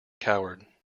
coward